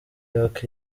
york